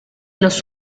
los